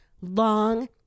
long